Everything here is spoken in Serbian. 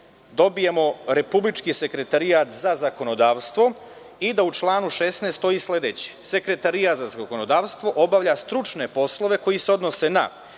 dobijemo republički sekretarijat za zakonodavstvo i da u članu 16. stoji sledeće: „Sekretarijat za zakonodavstvo obavlja stručne poslove, koji se odnose na: